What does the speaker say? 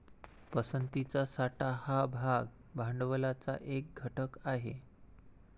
पसंतीचा साठा हा भाग भांडवलाचा एक घटक आहे